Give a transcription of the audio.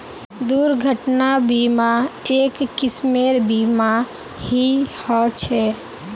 दुर्घटना बीमा, एक किस्मेर बीमा ही ह छे